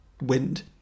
wind